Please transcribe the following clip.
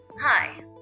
Hi